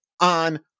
on